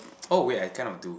oh wait I cannot do